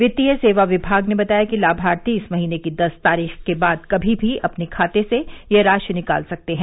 वित्तीय सेवा विभाग ने बताया कि लाभार्थी इस महीने की दस तारीख के बाद कमी भी अपने खाते से यह राशि निकाल सकते हैं